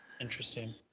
interesting